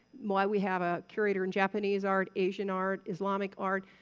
why we have a curator in japanese art, asian art, islamic art,